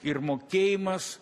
ir mokėjimas